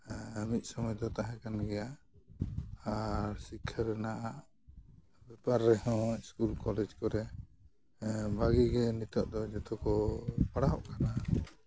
ᱦᱮᱸ ᱢᱤᱫ ᱥᱚᱢᱚᱭ ᱫᱚ ᱛᱟᱦᱮᱸᱠᱟᱱ ᱜᱮᱭᱟ ᱟᱨ ᱥᱤᱠᱠᱷᱟ ᱨᱮᱱᱟᱜ ᱵᱮᱯᱟᱨ ᱨᱮᱦᱚᱸ ᱤᱥᱠᱩᱞ ᱠᱚᱞᱮᱡᱽ ᱠᱚᱨᱮ ᱵᱷᱟᱹᱜᱤ ᱜᱮ ᱱᱤᱛᱳᱜ ᱫᱚ ᱡᱚᱛᱚ ᱠᱚ ᱯᱟᱲᱦᱟᱣᱚᱜ ᱠᱟᱱᱟ